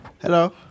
Hello